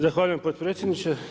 Zahvaljujem potpredsjedniče.